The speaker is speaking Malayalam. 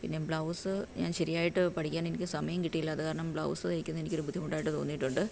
പിന്നെ ബ്ലൗസ് ഞാൻ ശരിയായിട്ട് പഠിക്കാൻ എനിക്ക് സമയം കിട്ടീല്ല അത് കാരണം ബ്ലൗസ് തയ്ക്കുന്ന എനിക്കൊരു ബുദ്ധിമുട്ടായിട്ട് തോന്നിയിട്ടുണ്ട്